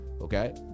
Okay